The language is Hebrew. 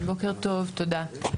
בוקר טוב, תודה.